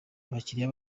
abakiriya